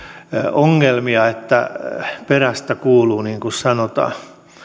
ongelmia että perästä kuuluu niin kuin sanotaan